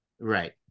right